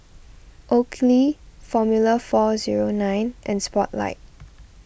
Oakley formula four zero nine and Spotlight